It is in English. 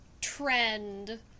trend